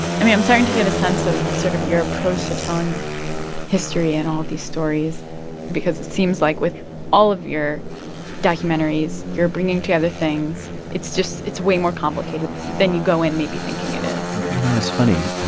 i mean, i'm starting to get a sense of sort of your approach to telling history and all these stories because it seems like, with all of your documentaries, you're bringing together things. it's just it's way more complicated than you go in maybe thinking it is you know, it's funny.